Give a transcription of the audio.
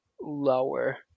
lower